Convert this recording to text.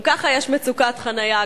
גם ככה יש מצוקת חנייה,